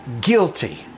guilty